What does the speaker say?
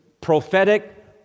prophetic